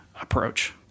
approach